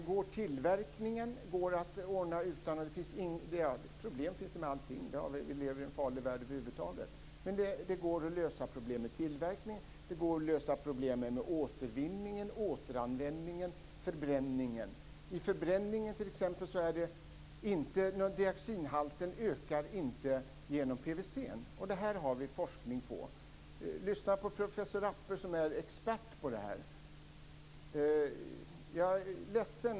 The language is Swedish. Problem finns det med allting; vi lever i en farlig värld över huvud taget, men det går att lösa problem med tillverkning, återvinning, återanvändning och förbränning. Dioxinhalten ökar t.ex. inte genom PVC vid förbränning. Det finns forskning om det. Lyssna på professor Rappe, som är expert på det här!